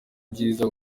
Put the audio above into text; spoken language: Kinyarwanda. byiza